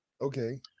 Okay